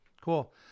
Cool